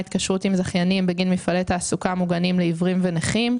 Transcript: התקשרות עם זכיינים בגין מפעלי תעסוקה מוגנים לעיוורים ונכים,